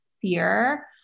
fear